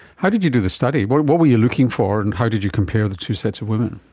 how did you do the study? but what were you looking for and how did you compare the two sets of women?